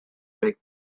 big